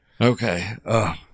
Okay